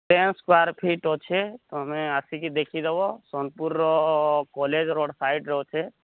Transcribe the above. square foot ଅଛି ତୁମେ ଆସିକି ଦେଖିଦେବ ସୋନ୍ପୁର୍ର କଲେଜ୍ ରୋଡ୍ ସାଇଡ୍ରେ ଅଛି